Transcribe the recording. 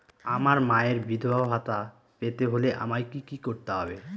আমার মায়ের বিধবা ভাতা পেতে হলে আমায় কি কি করতে হবে?